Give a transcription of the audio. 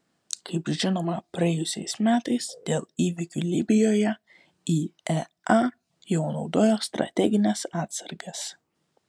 kaip žinoma praėjusiais metais dėl įvykių libijoje iea jau naudojo strategines atsargas